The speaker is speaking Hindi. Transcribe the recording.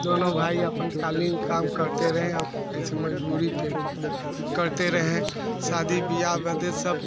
दोनों भाई अपन क़ालीन काम करते रहें अब ऐसे मज़दूरी पर करते रहें शादी बियाह वदे सब